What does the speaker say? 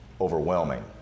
overwhelming